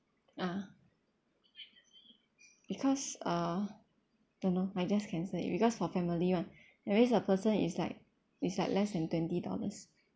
ah because uh don't know I just cancel it because for family [one] that means a person it's like it's like less then twenty dollars